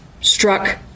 struck